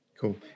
Cool